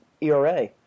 ERA